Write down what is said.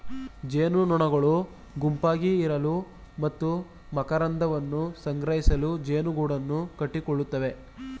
ಜೇನುನೊಣಗಳು ಗುಂಪಾಗಿ ಇರಲು ಮತ್ತು ಮಕರಂದವನ್ನು ಸಂಗ್ರಹಿಸಲು ಜೇನುಗೂಡನ್ನು ಕಟ್ಟಿಕೊಳ್ಳುತ್ತವೆ